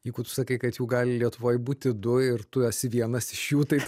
jeigu tu sakai kad jų gali lietuvoj būti du ir tu esi vienas iš jų tai